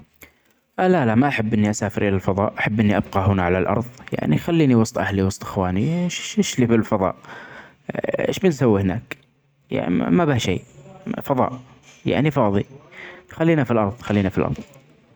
لا لا ما أحب إني أسافر إلي الفضاء أحب إني أبقي هنا علي الأرض ،يعني خليني وسط أهلي ،وسط إخواني، إش-إش بي بالفضاء إيش بنسوي هناك. ما به شئ فظاء يعني فاظي خلينا في الأرض خلينا في الأرض.